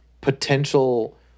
potential